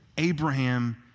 Abraham